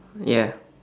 ya